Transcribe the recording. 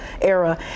era